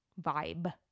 vibe